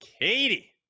katie